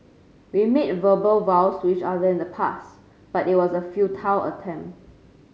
we made verbal vows to each other in the past but it was a futile attempt